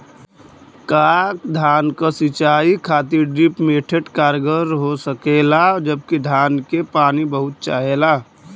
का धान क सिंचाई खातिर ड्रिप मेथड कारगर हो सकेला जबकि धान के पानी बहुत चाहेला?